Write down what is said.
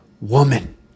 woman